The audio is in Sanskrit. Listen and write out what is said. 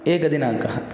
एकदिनाङ्कः